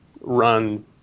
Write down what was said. run